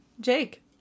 Jake